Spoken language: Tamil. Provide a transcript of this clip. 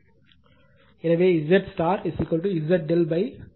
எனவே Z Z ∆ 3